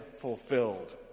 fulfilled